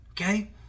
okay